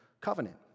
covenant